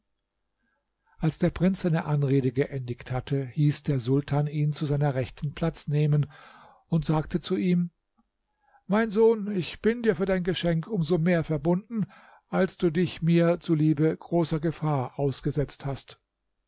als der prinz seine anrede geendigt hatte hieß der sultan ihn zu seiner rechten platz nehmen und sagte zum ihm mein sohn ich bin dir für dein geschenk um so mehr verbunden als du dich mir zuliebe großer gefahr ausgesetzt hast